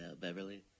Beverly